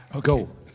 Go